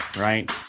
right